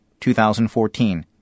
2014